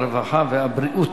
הרווחה והבריאות.